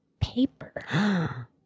paper